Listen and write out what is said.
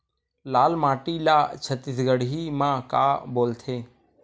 लाल माटी ला छत्तीसगढ़ी मा का बोलथे?